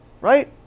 Right